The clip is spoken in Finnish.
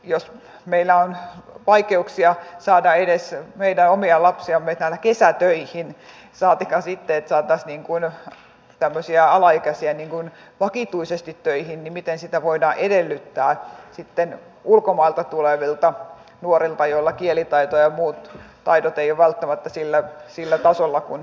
jos meillä on vaikeuksia saada edes meidän omia lapsiamme täällä kesätöihin saatikka sitten että saataisiin tämmöisiä alaikäisiä vakituisesti töihin miten sitä voidaan edellyttää sitten ulkomailta tulevilta nuorilta joilla kielitaito ja muut taidot eivät ole välttämättä sillä tasolla kuin tulisi olla